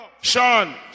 Sean